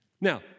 Now